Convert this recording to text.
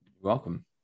welcome